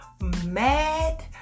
mad